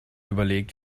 überlegt